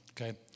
Okay